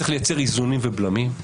צריך לייצר איזונים ובלמים,